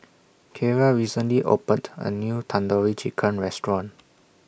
Kierra recently opened A New Tandoori Chicken Restaurant